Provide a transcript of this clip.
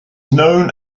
known